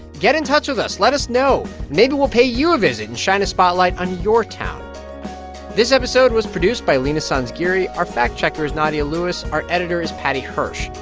get in touch with us. let us know. maybe we'll pay you a visit and shine a spotlight on your town this episode was produced by leena sanzgiri. our fact-checker is nadia lewis. our editor is paddy hirsch.